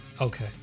Okay